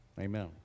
amen